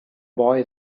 boy